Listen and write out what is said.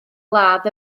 ladd